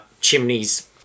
chimneys